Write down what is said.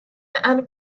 and